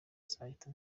nzahita